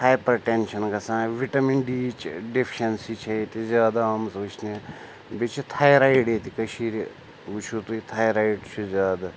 hyper tension گژھان vitamin ڈیٖیِچ deficiency چھےٚ ییٚتہِ زیادٕ آمٕژ وٕچھنہِ بیٚیہِ چھِ تھایرایِڈ ییٚتہِ کٔشیٖرِ وٕچھِو تُہۍ تھایرایِڈ چھُ زیادٕ